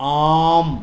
आम्